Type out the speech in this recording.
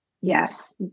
Yes